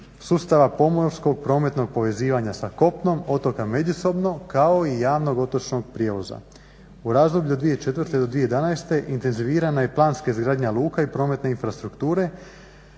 sustava pomorskog prometnog povezivanja sa kopnom, otoka međusobno kao i javnog otočnog prijevoza. U razdoblju od 2004. do 2011. intenzivirana je planska izgradnja luka i prometne infrastrukture.